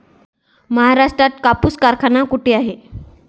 महाराष्ट्रात कापूस कारखाना कुठे आहे?